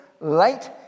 light